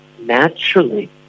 naturally